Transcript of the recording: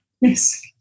Yes